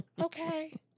Okay